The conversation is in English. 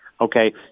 Okay